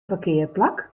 parkearplak